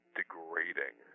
degrading